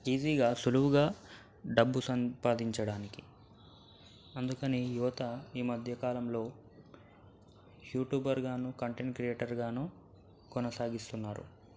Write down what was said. ఈజీగా సులువుగా డబ్బు సంపాదించడానికి అందుకని యువత ఈ మధ్యకాలంలో యూట్యూబర్గాను కంటెంట్ క్రియేటర్గాను కొనసాగిస్తున్నారు